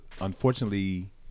unfortunately